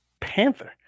Panther